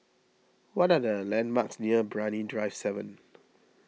what are the landmarks near Brani Drive seven